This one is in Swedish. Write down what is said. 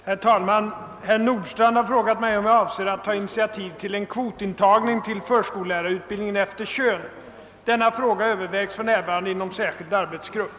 Herr talman! Herr Nordstrandh har frågat mig, om jag avser att ta initiativ till en kvotintagning till förskollärarutbildningen efter kön. Denna fråga övervägs för närvarande inom en särskild arbetsgrupp.